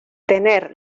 tener